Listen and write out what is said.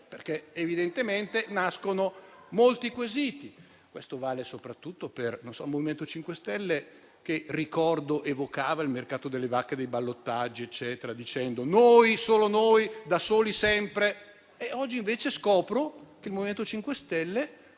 perché evidentemente nascono molti quesiti. Questo vale soprattutto per il MoVimento 5 Stelle, che ricordo evocava il mercato delle vacche dei ballottaggi, dicendo che solo loro sarebbero andati da soli, sempre. Oggi, invece, scopro che il MoVimento 5 Stelle